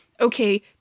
okay